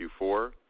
Q4